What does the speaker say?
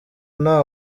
nta